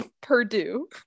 purdue